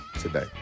today